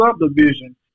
subdivision